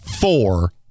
four